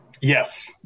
yes